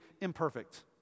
imperfect